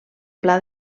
pla